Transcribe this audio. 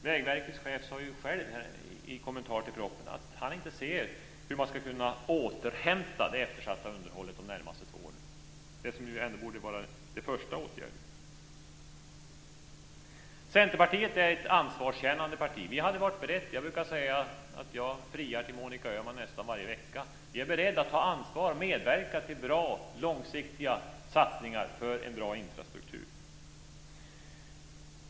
Vägverkets chef sade ju själv i en kommentar till propositionen att han inte ser hur man ska kunna återhämta det eftersatta underhållet de närmaste två åren, det som ju ändå borde vara den första åtgärden. Centerpartiet är ett ansvarskännande parti. Vi hade varit beredda - jag brukar säga att jag friar till Monica Öhman nästan varje vecka - och vi är beredda att ta ansvar och medverka till bra långsiktiga satsningar för en bra infrastruktur.